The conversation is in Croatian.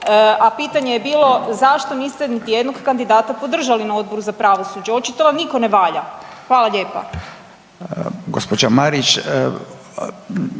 a pitanje je bilo zašto niste niti jednog kandidata podržali na Odboru za pravosuđe? Očito vam niko ne valja. Hvala lijepa.